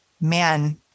man